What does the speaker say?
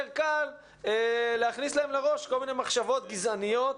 קל להכניס להם לראש כל מיני מחשבות גזעניות,